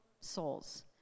souls